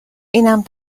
اینم